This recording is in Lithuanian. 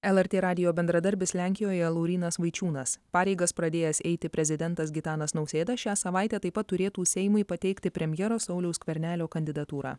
lrt radijo bendradarbis lenkijoje laurynas vaičiūnas pareigas pradėjęs eiti prezidentas gitanas nausėda šią savaitę taip pat turėtų seimui pateikti premjero sauliaus skvernelio kandidatūrą